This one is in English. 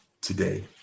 today